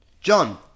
John